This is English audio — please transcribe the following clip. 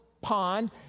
pond